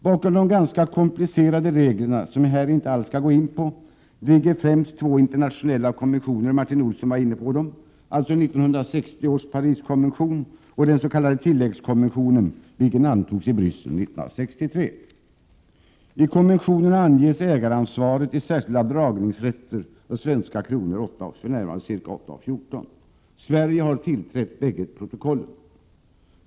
Bakom de ganska komplicerade reglerna - som jag här inte skall gå närmare in på — ligger främst två internationella konventioner, som Martin Olsson nämnde: 1960 års Pariskonvention och den s.k. tilläggskonventionen, vilken antogs i Bryssel 1963. svensk valuta för närvarande ca 8:14 kr. Sverige har tillträtt bägge protokollen.